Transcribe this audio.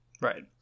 right